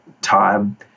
time